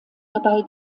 dabei